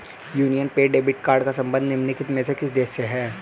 Union पे debit card का संबंध निम्नलिखित में से किस देश से है?